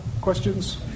questions